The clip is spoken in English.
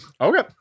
Okay